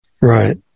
Right